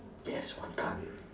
yes one card